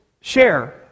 share